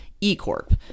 E-Corp